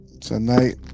Tonight